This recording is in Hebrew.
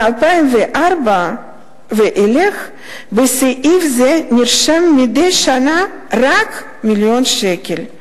מ-2004 ואילך נרשמים בסעיף זה מדי שנה רק מיליון שקל.